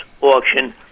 auction